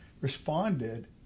responded